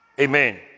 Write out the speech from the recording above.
Amen